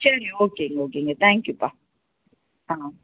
சரிங்க ஓகேங்க ஓகேங்க தேங்க்யூப்பா ஆ